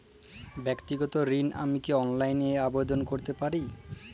ব্যাক্তিগত ঋণ আমি কি অনলাইন এ আবেদন করতে পারি?